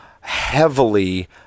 heavily